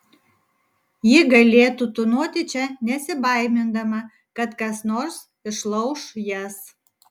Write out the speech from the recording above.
ji galėtų tūnoti čia nesibaimindama kad kas nors išlauš jas